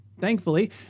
Thankfully